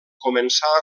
començà